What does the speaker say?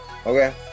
Okay